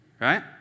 Right